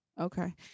Okay